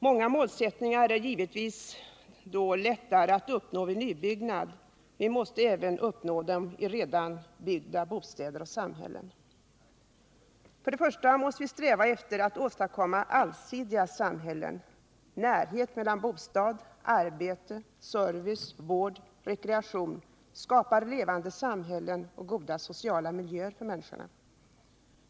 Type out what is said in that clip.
Många målsättningar är givetvis lättare att uppnå vid nybyggnad, men vi måste även uppnå dem i redan byggda bostäder och samhällen. För det första måste vi sträva efter att åstadkomma allsidiga samhällen, närhet mellan bostad, arbete, service, vård och rekreation. Vi måste skapa levande samhällen och goda sociala miljöer för människorna.